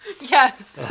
Yes